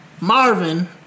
Marvin